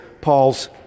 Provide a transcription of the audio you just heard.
Paul's